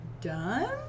Done